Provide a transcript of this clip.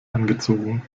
angezogen